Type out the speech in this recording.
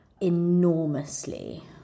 enormously